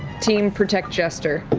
team protect jester.